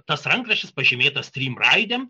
tas rankraštis pažymėtas trim raidėm